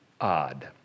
odd